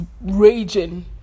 raging